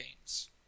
games